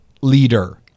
leader